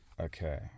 Okay